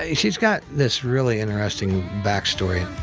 ah she's got this really interesting backstory.